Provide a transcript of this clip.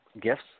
gifts